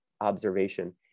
observation